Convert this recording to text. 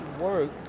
work